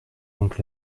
donc